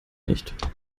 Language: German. nicht